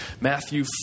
Matthew